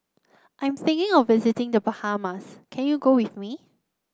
I'm thinking of visiting The Bahamas can you go with me